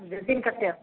देथिन कत्ते